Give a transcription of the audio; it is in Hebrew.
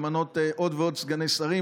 למנות עוד ועוד סגני שרים,